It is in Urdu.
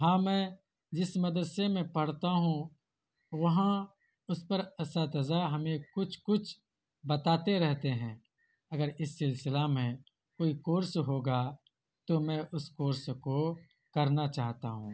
ہاں میں جس مدرسے میں پڑھتا ہوں وہاں اس پر اساتذہ ہمیں کچھ کچھ بتاتے رہتے ہیں اگر اس سلسلہ میں کوئی کورس ہوگا تو میں اس کورس کو کرنا چاہتا ہوں